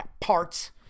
parts